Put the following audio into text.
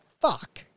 fuck